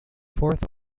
fourth